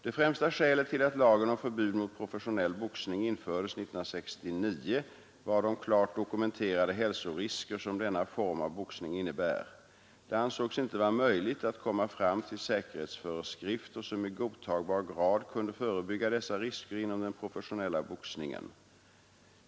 Det främsta skälet till att lagen om förbud mot professionell boxning infördes 1969 var de klart dokumenterade hälsorisker som denna form av boxning innebär. Det ansågs inte vara möjligt att komma fram till säkerhetsföreskrifter som i godtagbar grad kunde förebygga dessa risker inom den professionella boxningen.